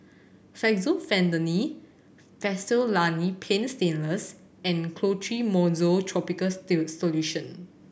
Fexofenadine Fastellani Paint Stainless and Clotrimozole tropical solution